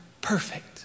perfect